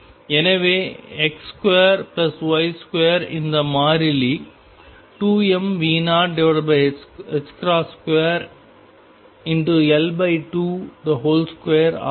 எனவே X2Y2 இந்த மாறிலி 2mV02L22 ஆகும்